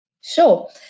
Sure